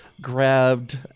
grabbed